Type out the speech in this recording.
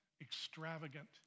extravagant